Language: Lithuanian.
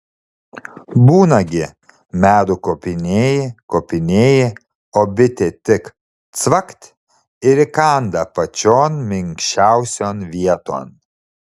būna gi medų kopinėji kopinėji o bitė tik cvakt ir įkanda pačion minkščiausion vieton